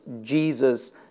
Jesus